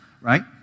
right